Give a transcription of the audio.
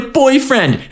boyfriend